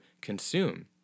consume